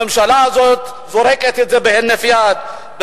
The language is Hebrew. הממשלה הזאת זורקת את זה בהינף יד,